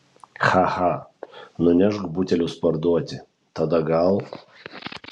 cha cha nunešk butelius parduoti tada gal